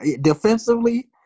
defensively